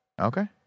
Okay